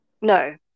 No